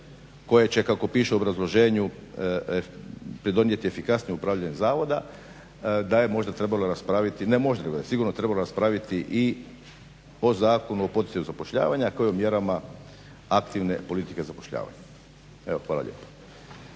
koje će kako piše u obrazloženju pridonijeti efikasnijem upravljanju zavoda, da je možda trebalo raspraviti, ne možda nego da je sigurno trebalo raspraviti i o Zakonu o poticanju zapošljavanja kao i o mjerama aktivne politike zapošljavanja. Hvala lijepo.